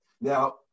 Now